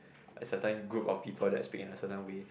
a certain group of people that's speak in a certain way